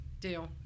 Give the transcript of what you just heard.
Deal